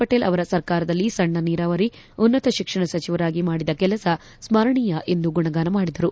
ಪಟೇಲ್ ಅವರ ಸರ್ಕಾರದಲ್ಲಿ ಸಣ್ಣ ನೀರಾವರಿ ಉನ್ನತ ಶಿಕ್ಷಣ ಸಚವರಾಗಿ ಮಾಡಿದ ಕೆಲಸ ಸ್ಪರಣೀಯ ಎಂದು ಗುಣಗಾನ ಮಾಡಿದರು